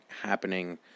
happening